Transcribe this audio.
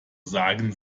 sagen